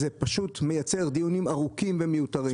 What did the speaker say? זה פשוט מייצר דיונים ארוכים ומיותרים.